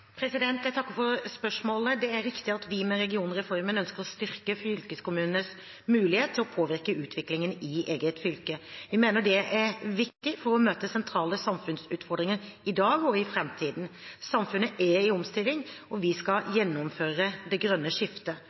Jeg takker for spørsmålet. Det er riktig at vi med regionreformen ønsker å styrke fylkeskommunenes mulighet til å påvirke utviklingen i eget fylke. Vi mener det er viktig for å møte sentrale samfunnsutfordringer i dag og i framtiden. Samfunnet er i omstilling, og vi skal gjennomføre det grønne skiftet.